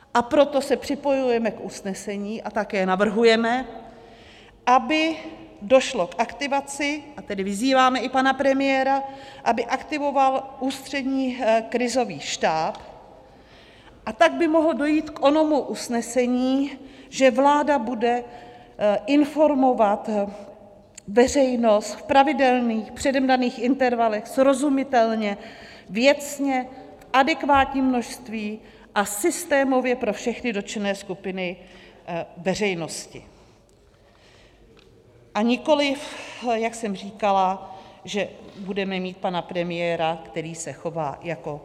A proto se připojujeme k usnesení a také navrhujeme, aby došlo k aktivaci a tedy vyzýváme i pana premiéra, aby aktivoval Ústřední krizový štáb, a tak by mohlo dojít k onomu usnesení, že vláda bude informovat veřejnost v pravidelných, předem daných intervalech srozumitelně, věcně, v adekvátním množství a systémově pro všechny dotčené skupiny veřejnosti, a nikoliv, jak jsem říkala, že budeme mít pana premiéra, který se chová jako papaláš.